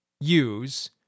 use